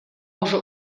уже